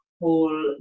whole